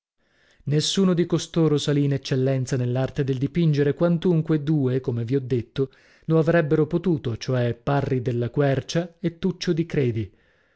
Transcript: nessuno di costoro salì in eccellenza nell'arte del dipingere quantunque due come vi ho detto lo avrebbero potuto cioè parri della quercia e tuccio di credi